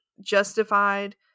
justified